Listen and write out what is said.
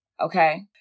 Okay